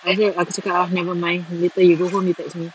abeh aku cakap nevermind later you go home you text me